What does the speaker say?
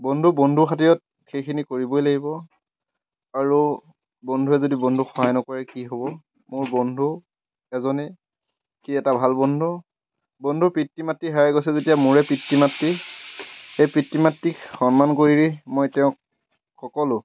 বন্ধু বন্ধুৰ খাতিৰত সেইখিনি কৰিবই লাগিব আৰু বন্ধুৱে যদি বন্ধুক সহায় নকৰে কি হ'ব মোৰ বন্ধু এজনে কি এটা ভাল বন্ধু বন্ধুৰ পিতৃ মাতৃ হেৰাই গৈছে যেতিয়া মোৰে পিতৃ মাতৃ সেই পিতৃ মাতৃক সন্মান কৰি মই তেওঁক সকলো